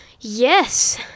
Yes